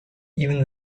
even